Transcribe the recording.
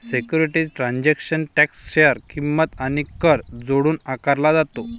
securities transaction tax share किंमत आणि कर जोडून आकारला जातो